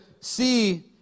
see